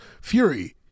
Fury